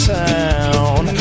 town